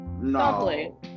No